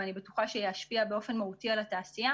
ואני בטוחה שישפיע באופן מהותי על התעשייה